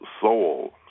soul